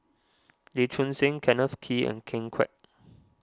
Lee Choon Seng Kenneth Kee and Ken Kwek